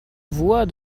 voix